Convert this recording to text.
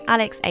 Alex